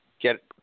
get